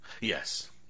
yes